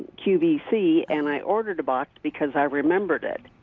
qvc and i ordered a box because i remembered it.